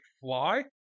fly